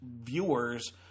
viewers